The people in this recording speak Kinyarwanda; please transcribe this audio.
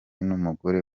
n’umugore